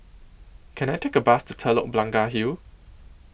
Can I Take A Bus to Telok Blangah Hill